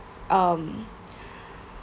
um